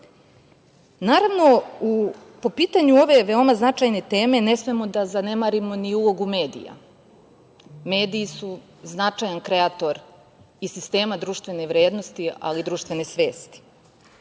primera. Naravno, po pitanju ove veoma značajne teme ne smemo da zanemarimo ni ulogu medija. Mediji su značajan kreator i sistema društvene vrednosti, ali i društvene svesti.